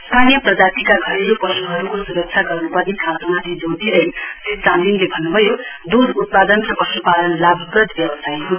स्थानीय प्रजातिका घरेलू पशुहरूको सुरक्षा गर्नुपर्ने खाँचोमाथि जोड दिँदै श्री चामलिङले भन्नुभयो दुध उत्पादन र पशुपालन लाभप्रद व्यवसाय हुन्